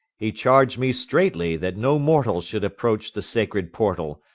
he charged me straitly that no moral should approach the sacred portal,